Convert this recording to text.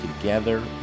together